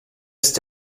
ist